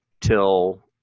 till